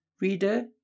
Reader